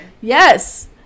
Yes